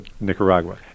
Nicaragua